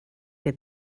que